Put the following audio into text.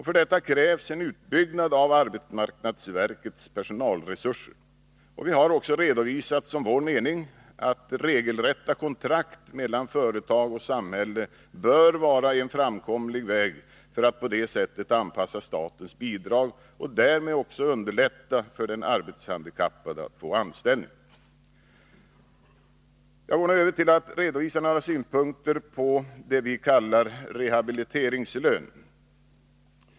För detta krävs en utbyggnad av arbetsmarknadsverkets personalresurser. Vi har också redovisat som vår mening att upprättandet av regelrätta kontrakt mellan företag och samhälle bör vara en framkomlig väg för att anpassa statens bidrag och därmed också underlätta för den arbetshandikappade att få anställning. Jag går nu över till att redovisa några synpunkter på det som vi kallar rehabiliteringslön.